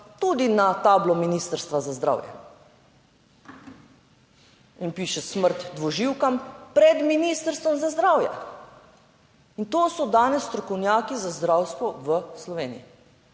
tudi na tablo Ministrstva za zdravje in piše smrt dvoživkam pred Ministrstvom za zdravje. In to so danes strokovnjaki za zdravstvo v Sloveniji,